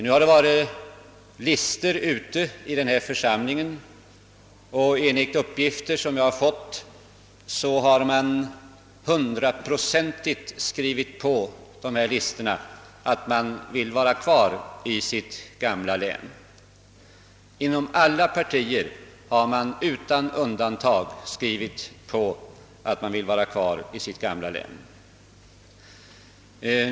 Listor har varit ute i församlingen och enligt de uppgifter jag har fått har man hundraprocentigt skrivit på dessa listor och vill alltså fortfarande tillhöra sitt gamla län. Inom alla partier utan undantag har man skrivit på denna lista om att man vill vara kvar i sitt gamla län.